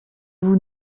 vous